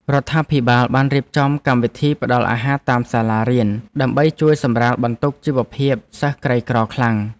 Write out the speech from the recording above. រដ្ឋាភិបាលបានរៀបចំកម្មវិធីផ្តល់អាហារតាមសាលារៀនដើម្បីជួយសម្រាលបន្ទុកជីវភាពសិស្សក្រីក្រខ្លាំង។